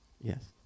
Yes